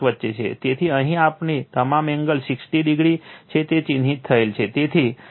તેથી અહીં તમામ એંગલ 60o છે તે ચિહ્નિત થયેલ છે